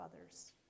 others